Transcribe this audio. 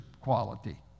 quality